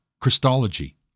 Christology